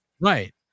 right